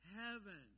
heaven